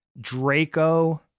Draco